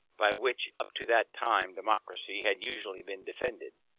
by which, up to that time, democracy had usually been defended,